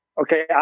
okay